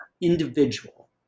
individual